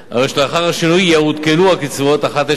הרי שלאחר השינוי יעודכנו הקצבאות אחת לשנה,